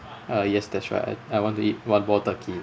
uh yes that's right I want to eat one more turkey